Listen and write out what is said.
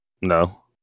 No